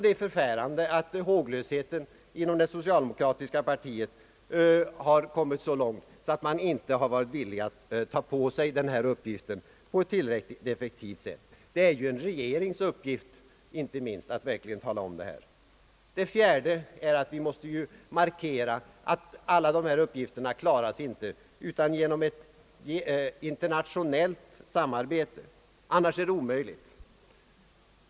Det är förfärande att håglösheten inom det socialdemokratiska partiet har gått så långt att man inte varit villig att ta på sig denna uppgift på ett tillräckligt effektivt sätt. Det är ju inte minst en regerings uppgift att verkligen tala om det här. Det fjärde är att vi måste markera att alla dessa uppgifter inte klaras annat än genom ett internationellt samarbete. Annars är det omöjligt.